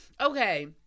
Okay